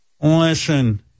Listen